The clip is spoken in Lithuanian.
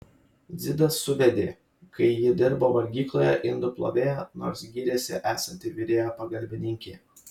dzidas suvedė kai ji dirbo valgykloje indų plovėja nors gyrėsi esanti virėjo pagalbininkė